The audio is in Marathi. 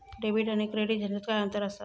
डेबिट आणि क्रेडिट ह्याच्यात काय अंतर असा?